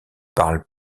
parle